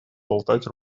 болтать